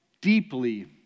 deeply